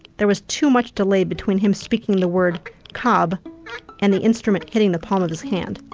there was too much delay between him speaking the word cobb and the instrument hitting the palm of his hand.